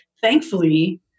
thankfully